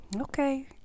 Okay